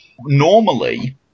normally